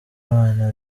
abana